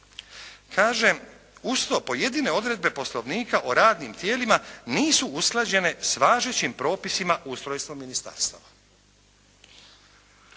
Kaže uz to pojedine odredbe Poslovnika o radnim tijelima nisu usklađene s važećim propisima ustrojstva ministarstava.